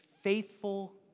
faithful